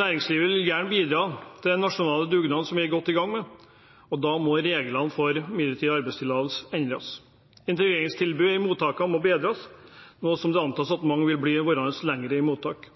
Næringslivet vil gjerne bidra til den nasjonale dugnaden som vi er godt i gang med, og da må reglene for midlertidig arbeidstillatelse endres. Integreringstilbudet i mottakene må bedres nå som det antas at mange vil bli værende lenger i mottak.